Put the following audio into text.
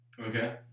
Okay